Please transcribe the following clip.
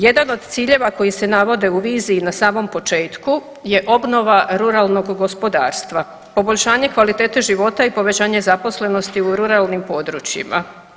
Jedan od ciljeva koji se navode u viziji na samom početku je obnova ruralnog gospodarstva, poboljšanje kvalitete života i povećanje zaposlenosti u ruralnim područjima.